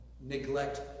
neglect